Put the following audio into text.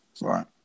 Right